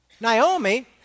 Naomi